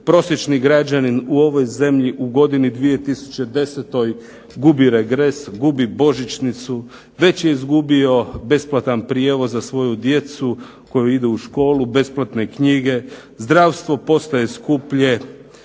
Prosječni građanin u ovoj zemlji u godini 2010. gubi regres, gubi božićnicu. Već je izgubio besplatan prijevoz za svoju djecu koja idu u školu, besplatne knjige, zdravstvo postaje skuplje,